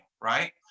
Right